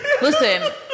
Listen